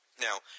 Now